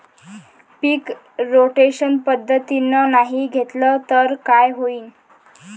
पीक rotation पद्धतीनं नाही घेतलं तर काय होईन?